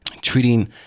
treating